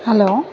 hello